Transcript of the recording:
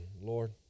Lord